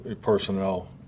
personnel